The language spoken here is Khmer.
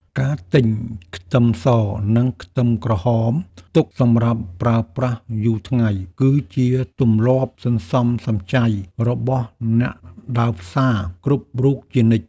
ការទិញខ្ទឹមស និងខ្ទឹមក្រហមទុកសម្រាប់ប្រើប្រាស់យូរថ្ងៃ គឺជាទម្លាប់សន្សំសំចៃរបស់អ្នកដើរផ្សារគ្រប់រូបជានិច្ច។